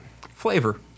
flavor